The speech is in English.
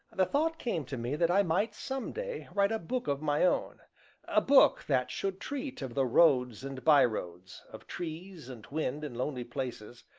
the thought came to me that i might some day write a book of my own a book that should treat of the roads and by-roads, of trees, and wind in lonely places,